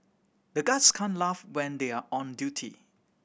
the guards can't laugh when they are on duty